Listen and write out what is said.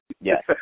Yes